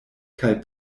kaj